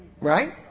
Right